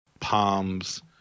Palms